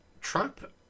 Trump